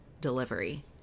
delivery